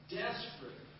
desperate